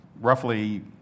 roughly